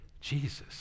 Jesus